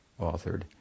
authored